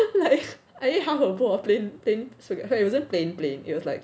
like I ate half a bowl of plain plain okay it wasn't plain plain it was like